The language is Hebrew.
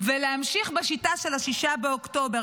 ולהמשיך בשיטה של 6 באוקטובר,